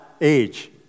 age